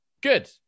Good